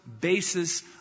basis